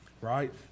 right